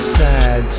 sad